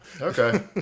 Okay